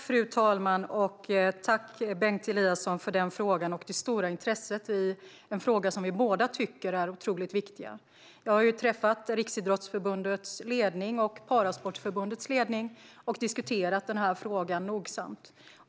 Fru talman! Jag tackar Bengt Eliasson för frågan och det stora intresset för en fråga som vi båda tycker är otroligt viktig. Jag har träffat Riksidrottsförbundets ledning och Parasportförbundets ledning och diskuterat denna fråga nogsamt.